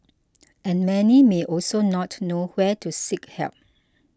and many may also not know where to seek help